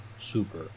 super